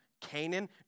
Canaan